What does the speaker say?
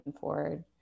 forward